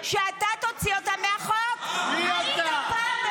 להוציא אותם מהחוק ------ מי את בכלל?